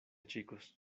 chicos